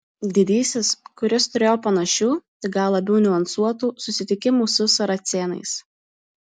didysis kuris turėjo panašių tik gal labiau niuansuotų susitikimų su saracėnais